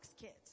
kids